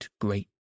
great